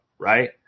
Right